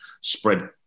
spread